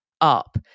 up